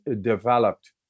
developed